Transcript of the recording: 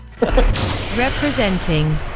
representing